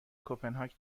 کپنهاک